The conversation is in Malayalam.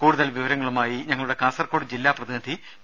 കൂടുതൽ വിവരങ്ങളുമായി ഞങ്ങളുടെ കാസർകോട് ജില്ലാ പ്രതിനിധി പി